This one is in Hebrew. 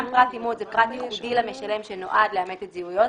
גם פרט אימות זה פרט ייחודי למשלם שנועד לאמת את זיהויו.